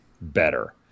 better